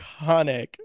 Iconic